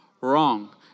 wrong